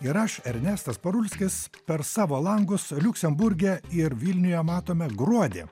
ir aš ernestas parulskis per savo langus liuksemburge ir vilniuje matome gruodį